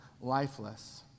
lifeless